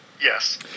Yes